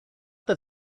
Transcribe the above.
that